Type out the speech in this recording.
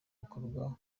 bikorwa